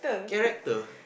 character